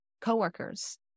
coworkers